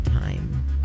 time